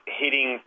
hitting